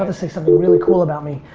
ah say something really cool about me.